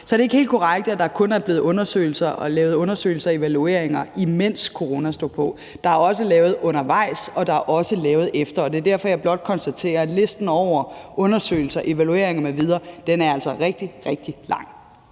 Så er det ikke helt korrekt, at der kun er lavet undersøgelser og evalueringer, imens corona stod på; der er også lavet undervejs, og der er også lavet bagefter. Det er derfor, jeg blot konstaterer, at listen over undersøgelser, evalueringer m.v. altså er rigtig, rigtig lang.